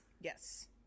Yes